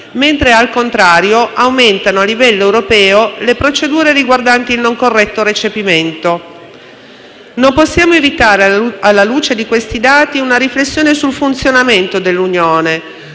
mentre al contrario aumentano a livello europeo le procedure riguardanti il non corretto recepimento. Non possiamo evitare, alla luce di questi dati, una riflessione sul funzionamento dell'Unione,